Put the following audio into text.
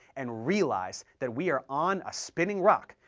and realize that we are on a spinning rock,